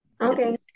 Okay